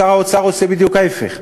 שר האוצר עושה בדיוק ההפך,